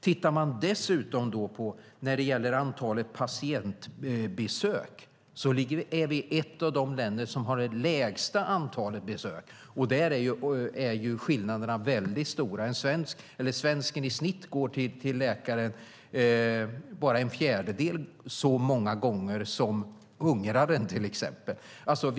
Tittar man dessutom på antalet patientbesök är vi ett av de länder som har det lägsta antalet besök. Där är skillnaderna mycket stora. I snitt går svensken till läkaren en fjärdedel så många gånger som till exempel ungraren.